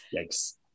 Yikes